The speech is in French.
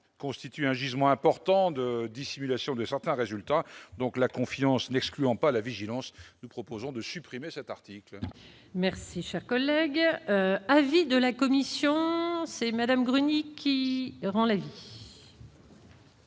constitue un gisement important de dissimulation de certains résultats donc la confiance n'excluant pas la vigilance, nous proposons de supprimer cet article. Merci, cher collègue, avis de la commission c'est Madame Bruni qui rend la vie.